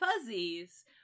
fuzzies